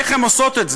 איך הן עושות את זה.